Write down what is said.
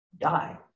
die